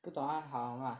不懂他好吗